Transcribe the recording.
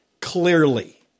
clearly